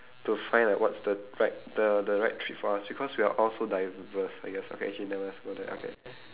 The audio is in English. to find like what's the right the the right treat for us because we're all so diverse I guess okay actually never mind let's not go there okay